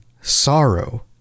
sorrow